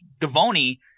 Gavoni